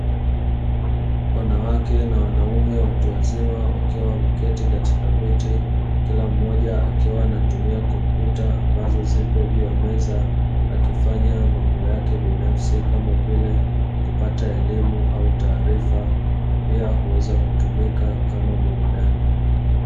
Wanawake na wanaume watu wazima, wakiwa wameketi katika viti, kila mmoja akiwa anatumia kompyuta ambazo zipo juu ya meza, akifanya mambo yake binafsi, kama vile kupata elimu au taarifa. Pia huweza kutumika kama burudani.